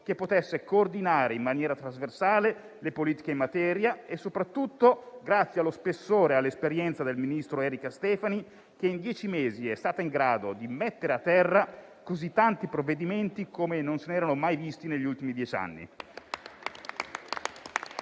che potesse coordinare in maniera trasversale le politiche in materia, e soprattutto allo spessore e all'esperienza del ministro Erika Stefani, che in dieci mesi è stata in grado di mettere a terra tanti provvedimenti quanti non se ne erano mai visti negli ultimi dieci anni.